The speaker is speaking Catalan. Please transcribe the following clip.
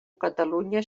catalunya